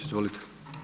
Izvolite.